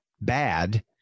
bad